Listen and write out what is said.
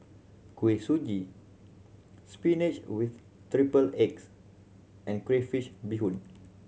Kuih Suji spinach with triple eggs and crayfish beehoon